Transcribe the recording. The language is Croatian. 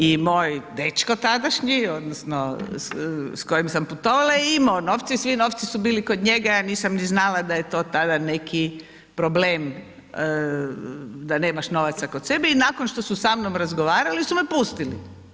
I moj dečko tadašnji odnosno s kojim sam putovala je imao novce i svi novci su bili kod njega, ja nisam ni znala da je to tada neki problem da nemaš novaca kod sebe i nakon što su sa mnom razgovarali su me pustili.